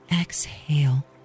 exhale